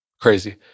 Crazy